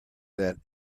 that